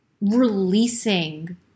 releasing